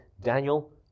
Daniel